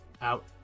out